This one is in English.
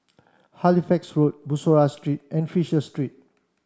Halifax Road Bussorah Street and Fisher Street